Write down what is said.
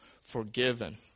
forgiven